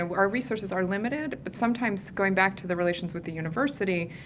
um our resources are limited, but sometimes going back to the relations with the university,